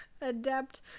adept